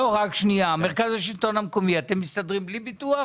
מרכז שלטון מקומי, אתם מסתדרים בלי ביטוח?